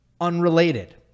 unrelated